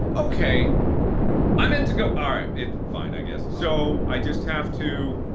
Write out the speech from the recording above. okay i meant to go alright, it's fine i guess so, i just have to.